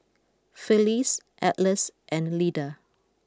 Phyllis Atlas and Lida